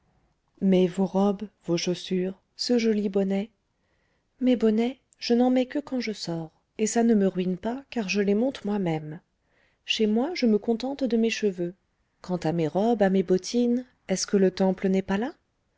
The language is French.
mais vos robes vos chaussures ce joli bonnet mes bonnets je n'en mets que quand je sors et ça ne me ruine pas car je les monte moi-même chez moi je me contente de mes cheveux quant à mes robes à mes bottines est-ce que le temple n'est pas là